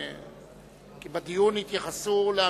כי בדיון התייחסו לאמירותיך.